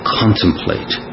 contemplate